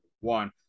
one